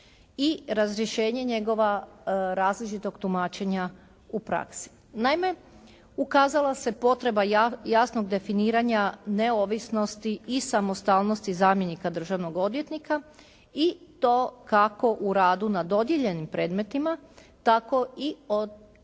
i razrješenje njegova različitog tumačenja u praksi. Naime ukazala se potreba jasnog definiranja neovisnosti i samostalnosti zamjenika državnog odvjetnika i to kako u radu na dodijeljenim predmetima tako i u